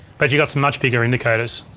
but you got some much bigger indicators.